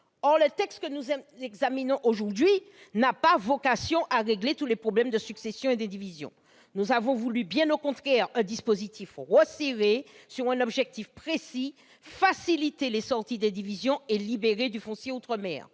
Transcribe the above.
Le texte que nous examinons aujourd'hui n'a pas vocation à régler tous les problèmes de succession et d'indivision. Nous avons voulu, bien au contraire, un dispositif resserré autour d'un objectif précis : faciliter les sorties d'indivision et libérer le foncier en outre-mer.